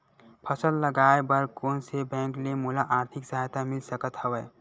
फसल लगाये बर कोन से बैंक ले मोला आर्थिक सहायता मिल सकत हवय?